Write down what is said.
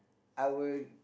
I will